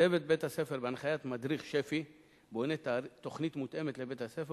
צוות בית-הספר בהנחיית מדריך שפ"י בונה תוכנית מותאמת לבית-הספר